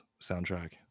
soundtrack